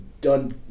done